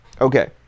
okay